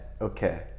okay